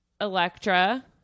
Electra